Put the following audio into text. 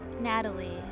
Natalie